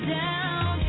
down